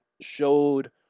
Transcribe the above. showed